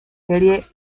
series